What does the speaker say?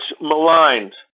maligned